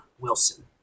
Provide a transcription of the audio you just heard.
Wilson